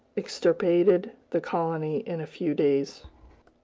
extirpated the colony in a few days.